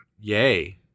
Yay